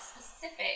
specific